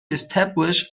establish